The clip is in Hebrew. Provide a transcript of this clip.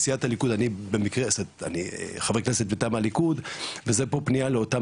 אני חבר כנסת מטעם הליכוד וזאת פנייה לאותם